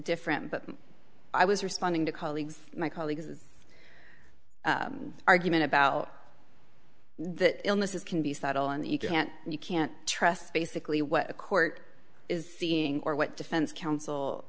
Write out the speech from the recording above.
different but i was responding to colleagues my colleagues argument about the illnesses can be subtle and you can't you can't trust basically what the court is seeing or what defense counsel